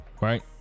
Right